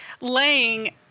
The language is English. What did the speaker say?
laying